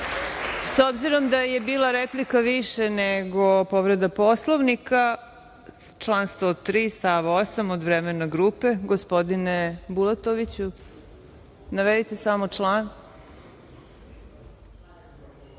S obzirom da je bila replika više nego povreda Poslovnika, član 103. stav 8. od vremena grupe. Gospodine Bulatoviću. Navedite samo član.